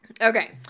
Okay